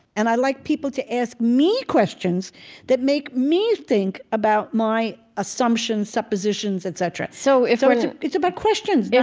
and i like people to ask me questions that make me think about my assumptions, suppositions, etc so if, sort of it's about questions, yeah